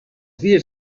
dies